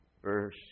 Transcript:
Verse